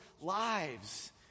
lives